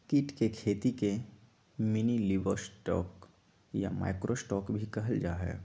कीट के खेती के मिनीलिवस्टॉक या माइक्रो स्टॉक भी कहल जाहई